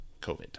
COVID